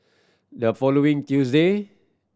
the following Tuesday